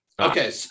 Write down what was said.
Okay